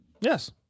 yes